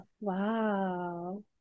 Wow